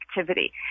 activity